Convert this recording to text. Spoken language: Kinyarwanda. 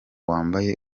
wambaye